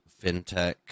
fintech